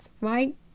right